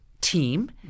team